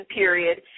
period